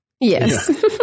Yes